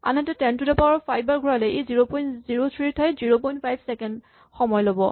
আনহাতে ten to the power five বাৰ ঘূৰালে ই ০০৩ ৰ ঠাইত ০৫ ছেকেণ্ড সময় ল'ব